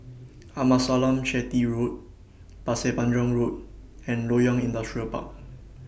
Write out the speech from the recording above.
Amasalam Chetty Road Pasir Panjang Road and Loyang Industrial Park